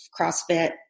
CrossFit